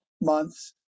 months